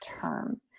term